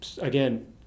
Again